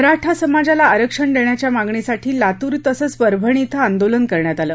मराठा समाजाला आरक्षण देण्याच्या मागणीसाठी लातूर तसंच परभणी इथं आंदोलन करण्यात आलं